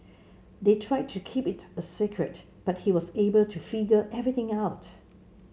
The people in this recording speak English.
they tried to keep it a secret but he was able to figure everything out